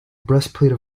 breastplate